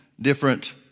different